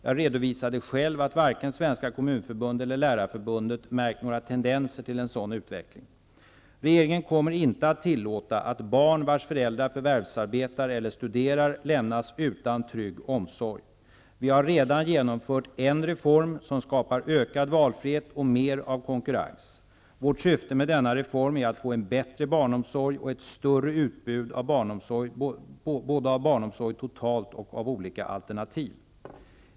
Jag redovisade själv att varken Svenska kommunförbundet eller Lärarförbundet märkt några tendenser till en sådan utveckling. Regeringen kommer inte att tillåta att barn vilkas föräldrar förvärvsarbetar eller studerar lämnas utan en trygg omsorg. Vi har redan genomfört en reform som skapar ökad valfrihet och mer av konkurrens. Vårt syfte med denna reform är att få en bättre barnomsorg och ett större utbud, både av barnomsorg totalt och av olika alternativ.